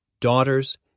daughters